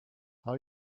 how